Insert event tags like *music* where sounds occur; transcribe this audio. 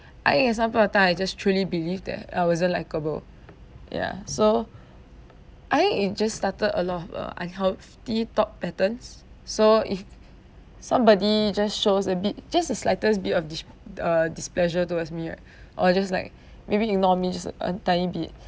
I think at some point of time I just truly believe that I wasn't likable ya so *breath* I think it just started a lot of uh unhealthy thought patterns so if somebody just shows a bit just the slightest bit of dis~ err displeasure towards me right *breath* or just like *breath* maybe ignore me just a a tiny bit